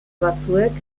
batzuek